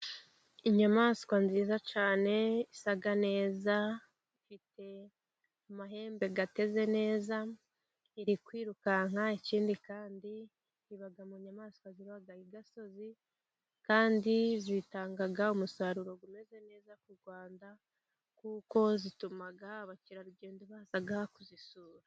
Inyamaswa nziza cyane, isa neza ifite amahembe ateze neza, iri kwirukanka, ikindi kandi iba mu nyamaswa zifite amahembe ateze neza, kandi zitanga umusaruro umeze neza ku Rwanda, kuko zituma abakerarugendo baza kuzisura.